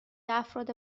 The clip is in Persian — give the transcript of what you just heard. افراد